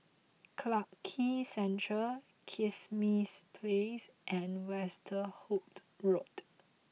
Clarke Quay Central Kismis Place and Westerhout Road